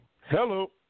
Hello